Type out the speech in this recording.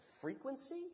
frequency